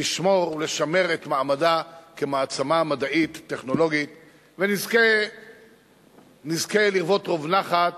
לשמור ולשמר את מעמדה כמעצמה מדעית טכנולוגית ונזכה לרוות רוב נחת